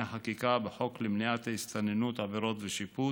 חקיקה בחוק למניעת הסתננות (עבירות ושיפוט),